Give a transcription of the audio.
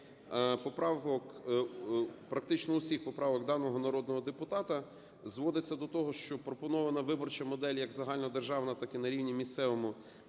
практично усіх поправок, даного народного депутата зводиться до того, що пропонована виборча модель, як загальнодержавна, так і на рівні місцевому,